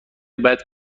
بعد